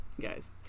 guys